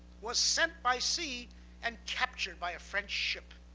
was sent by sea and captured by a french ship